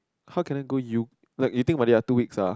how can i go you like you think about it two weeks ah